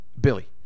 Billy